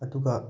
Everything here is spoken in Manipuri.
ꯑꯗꯨꯒ